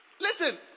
Listen